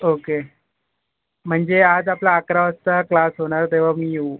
okay म्हणजे आज आपला अकरा वाजता क्लास होणार तेव्हा मी येऊ